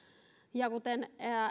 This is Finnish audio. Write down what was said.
kuten